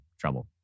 trouble